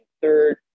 third